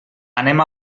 anem